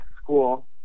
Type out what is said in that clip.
school